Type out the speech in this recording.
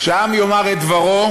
שהעם יאמר את דברו,